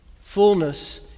fullness